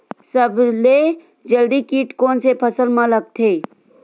सबले जल्दी कीट कोन से फसल मा लगथे?